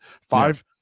Five